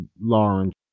Lawrence